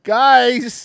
guys